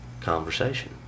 conversation